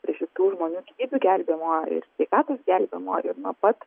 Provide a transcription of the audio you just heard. prie šitų žmonių gyvybių gelbėjimo ir sveikatos gelbėjimo ir nuo pat